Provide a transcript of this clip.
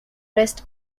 rest